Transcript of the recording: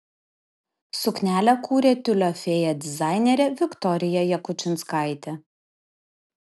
suknelę kūrė tiulio fėja dizainerė viktorija jakučinskaitė